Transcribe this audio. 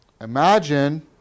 imagine